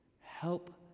Help